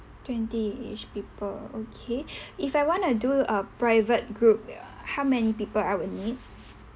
twentyish people okay if I want to do a private group uh how many people I would need